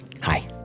Hi